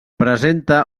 presenta